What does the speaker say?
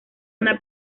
una